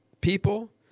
people